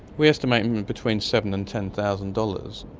we estimate between seven and ten thousand dollars,